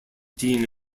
dean